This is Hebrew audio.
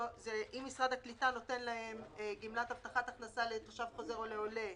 אם משרד הקליטה נותן להם גמלת הבטחת הכנסה לתושב חוזר או לעולה,